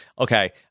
Okay